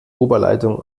oberleitung